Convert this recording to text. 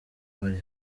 bari